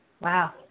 Wow